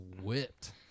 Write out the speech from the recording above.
whipped